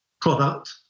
product